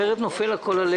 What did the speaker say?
אחרת הכול נופל עלינו.